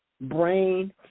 brain